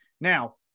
now